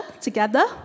together